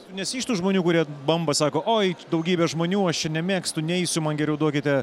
tu nesi iš tų žmonių kurie bamba sako oi daugybė žmonių aš čia nemėgstu neisiu man geriau duokite